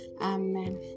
amen